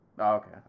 Okay